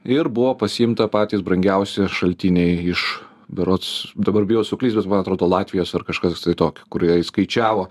ir buvo pasiimta patys brangiausi šaltiniai iš berods dabar bijau suklyst bet man atrodo latvijos ar kažkas tokio kurie įskaičiavo